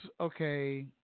okay